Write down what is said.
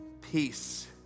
peace